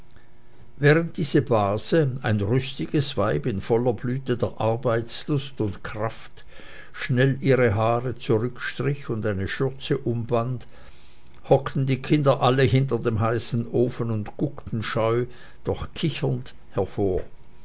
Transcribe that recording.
während diese base ein rüstiges weib in voller blüte der arbeitslust und kraft schnell ihre haare zurückstrich und eine schürze umband hockten die kinder alle hinter dem heißen ofen und guckten scheu doch kichernd hervor